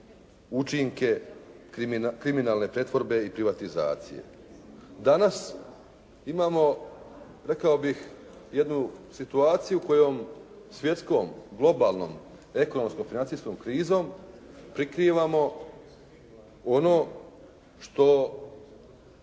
učinke kriminalne pretvorbe i privatizacije. Danas imamo rekao bih jednu situaciju kojom svjetskom, globalnom, ekonomskom, financijskom krizom prikrivamo ono što